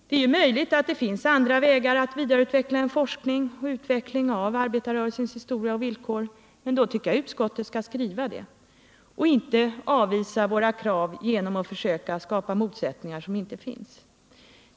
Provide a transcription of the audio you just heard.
Det är möjligt att det finns andra vägar att vidareutveckla forskningen om arbetarrörelsens historia och villkor. Men då tycker jag att utskottet skall skriva det och inte avvisa våra krav genom att försöka skapa motsättningar som inte finns.